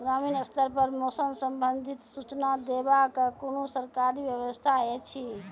ग्रामीण स्तर पर मौसम संबंधित सूचना देवाक कुनू सरकारी व्यवस्था ऐछि?